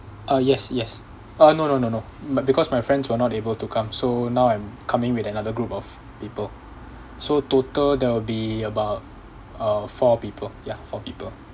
uh yes yes uh no no no no but because my friends were not able to come so now I'm coming with another group of people so total there will be about uh four people ya four people